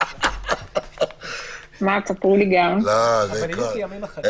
שהוועדה רשאית לקבוע שאדם לא יפתח באזור מוגבל או לקבוע תנאים לפתיחת.